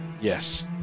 Yes